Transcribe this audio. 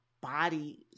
body